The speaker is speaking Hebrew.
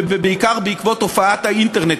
ובעיקר בעקבות הופעת האינטרנט,